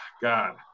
God